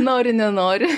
nori nenori